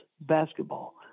basketball